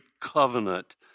covenant